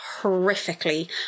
horrifically